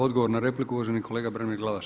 Odgovor na repliku uvaženi kolega Branimir Glavaš.